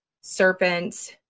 serpents